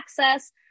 access